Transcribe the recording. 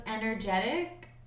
energetic